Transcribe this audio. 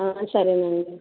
సరేనండి